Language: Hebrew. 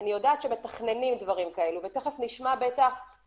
אני יודעת שמתכננים דברים כאלה ותיכף נשמע בטח